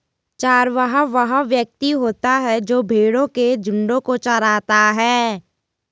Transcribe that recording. चरवाहा वह व्यक्ति होता है जो भेड़ों के झुंडों को चराता है